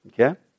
Okay